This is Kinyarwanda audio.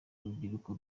urubyiruko